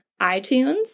iTunes